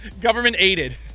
government-aided